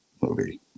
movie